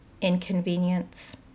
inconvenience